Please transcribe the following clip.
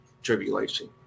Tribulation